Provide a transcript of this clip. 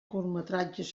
curtmetratges